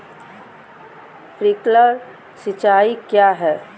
Sprinkler सिंचाई क्या है?